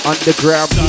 Underground